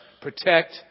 Protect